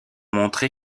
montré